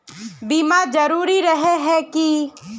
बीमा जरूरी रहे है की?